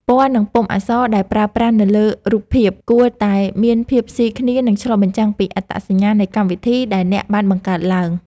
ពណ៌ និងពុម្ពអក្សរដែលប្រើប្រាស់នៅលើរូបភាពគួរតែមានភាពស៊ីគ្នា និងឆ្លុះបញ្ចាំងពីអត្តសញ្ញាណនៃកម្មវិធីដែលអ្នកបានបង្កើតឡើង។